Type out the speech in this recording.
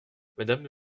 madame